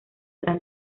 gran